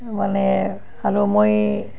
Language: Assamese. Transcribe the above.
মানে আৰু মই